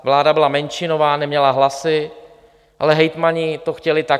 Vláda byla menšinová, neměla hlasy, ale hejtmani to chtěli také.